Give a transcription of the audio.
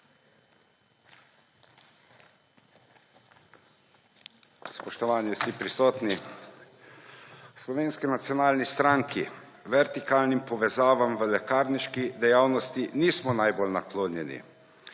Spoštovani vsi prisotni! V Slovenski nacionalni stranki vertikalnim povezavam v lekarniški dejavnosti nismo najbolj naklonjeni.